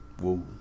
Woo